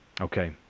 Okay